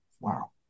Wow